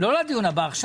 הבא אני